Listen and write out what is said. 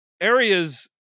areas